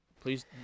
please